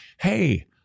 hey